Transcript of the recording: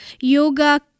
Yoga